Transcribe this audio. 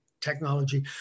technology